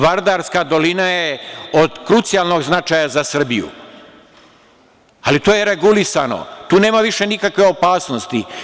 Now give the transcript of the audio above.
Vardarska dolina je od krucijalnog značaja za Srbiju, ali to je regulisano, tu nema više nikakve opasnosti.